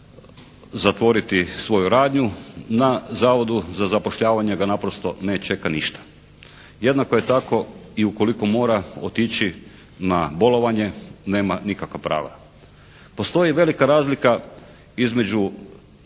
zatvoriti svoju radnju na Zavodu za zapošljavanje ga naprosto ne čeka ništa. Jednako je tako i ukoliko mora otići na bolovanje, nema nikakva prava. Postoji velika razlika između